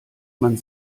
man